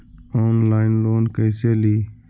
Online loan कैसे ली?